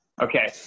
Okay